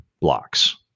blocks